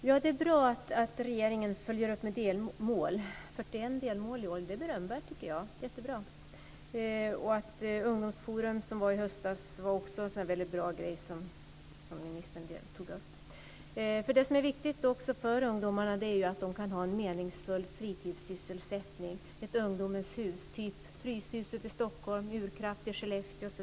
Herr talman! Det är bra att regeringen följer upp med delmål. 41 delmål i år är berömvärt, tycker jag. Jättebra. Ungdomsforum som genomfördes i höstas var också en bra grej som ministern tog upp. Det som är viktigt för ungdomarna är också att de kan ha en meningsfull fritidssysselsättning, ett ungdomens hus som Fryshuset i Stockholm och Urkraft i Skellefteå.